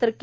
तर के